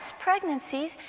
pregnancies